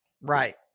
right